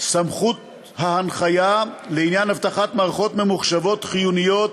סמכות ההנחיה לעניין אבטחת מערכות ממוחשבות חיוניות,